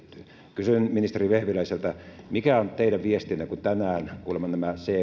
kysyn ministeri vehviläiseltä mikä on teidän viestinne kun tänään kuulemma c